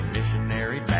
Missionary